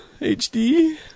HD